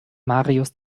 marius